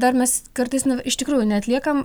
dar mes kartais iš tikrųjų neatliekam